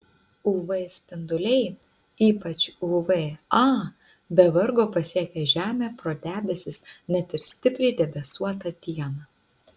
uv spinduliai ypač uv a be vargo pasiekia žemę pro debesis net ir stipriai debesuotą dieną